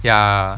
ya